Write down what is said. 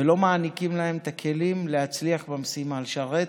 ולא מעניקים להם את הכלים להצליח במשימה, לשרת